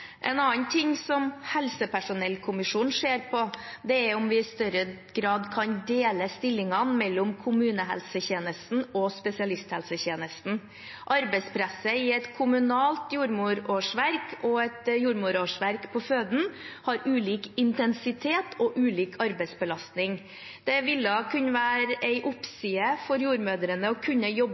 En annen ting helsepersonellkommisjonen ser på, er om vi i større grad kan dele stillingene mellom kommunehelsetjenesten og spesialisthelsetjenesten. Arbeidspresset i et kommunalt jordmorårsverk og et jordmorårsverk på føden har ulik intensitet og ulik arbeidsbelastning. Det ville kunne være en oppside for jordmødrene å kunne jobbe